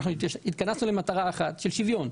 התכנסנו למטרה אחת והיא שוויון.